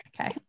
Okay